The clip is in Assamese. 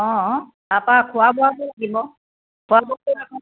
অঁ তাৰপৰা খোৱা বোৱটোও থাকিব খোৱা বোৱাতো দেখোন